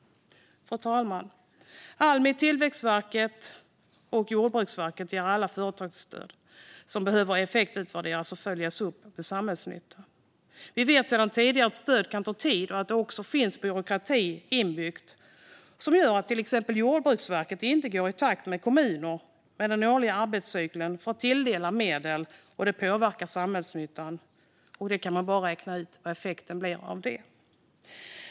Fru talman! Almi, Tillväxtverket och Jordbruksverket ger alla företagsstöd vars samhällsnytta behöver effektutvärderas och följas upp. Vi vet sedan tidigare att stöd kan ta tid och att det finns byråkrati inbyggd som gör att till exempel Jordbruksverket inte går i takt med kommunernas ettåriga arbetscykel för att tilldela medel. Det påverkar samhällsnyttan, och det är bara att räkna ut vad effekten blir av det.